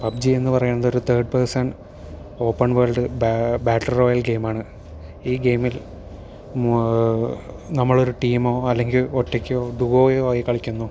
PUBG എന്ന് പറയണത് ഒരു third person open world battle royale game ആണ് ഈ ഗെയിമിൽ നമ്മളൊരു ടീമോ അല്ലെങ്കിൽ ഒറ്റയ്ക്കോ ഡുവോയോ ആയി കളിക്കുന്നു